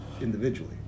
individually